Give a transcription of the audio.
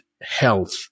health